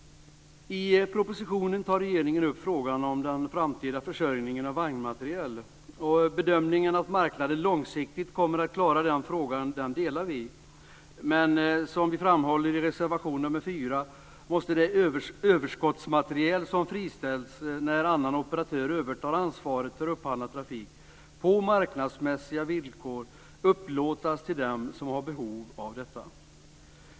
I propositionen tar regeringen upp frågan om den framtida försörjningen av vagnmateriel. Bedömningen att marknaden långsiktigt kommer att klara den frågan delar vi, men som vi framhåller i reservation nr 5 måste det överskottsmateriel som friställts när annan operatör övertar ansvaret för upphandlad trafik på marknadsmässiga villkor upplåtas till dem som har behov av detta.